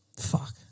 fuck